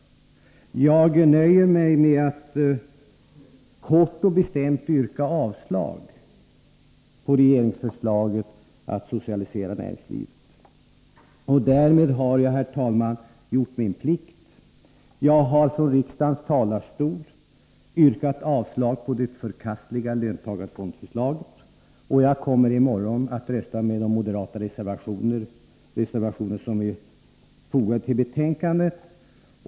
Jag nöjer mig med att kort och bestämt yrka avslag på regeringsförslaget att socialisera näringslivet. Därmed har jag, herr talman, gjort min plikt. Jag har från riksdagens talarstol yrkat avslag på det förkastliga löntagarfondsförslaget, och jag kommer i morgon att rösta för de moderata reservationer som är fogade till betänkandet.